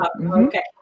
Okay